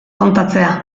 kontatzeak